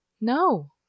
No